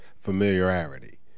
familiarity